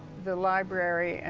the library,